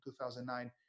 2009